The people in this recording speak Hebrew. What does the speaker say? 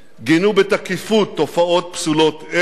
גינו בתקיפות תופעות פסולות אלה.